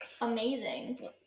amazing